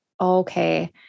okay